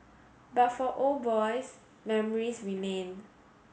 but for old boys memories remain